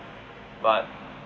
but